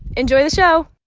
enjoy the show